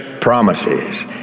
promises